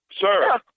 Sir